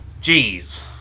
Jeez